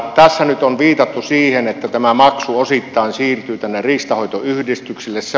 tässä nyt on viitattu siihen että tämä maksu osittain siirtyy riistanhoitoyhdistyksille